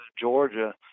Georgia